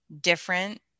different